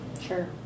Sure